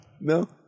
No